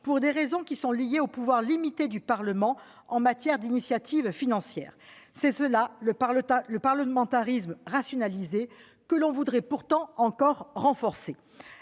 là encore, en raison du pouvoir limité du Parlement en matière d'initiative financière. C'est cela le parlementarisme rationalisé que l'on voudrait pourtant encore renforcer